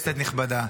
כנסת נכבדה,